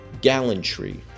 gallantry